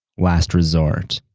last resort.